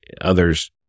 others